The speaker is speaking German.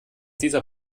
dieser